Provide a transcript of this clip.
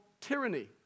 tyranny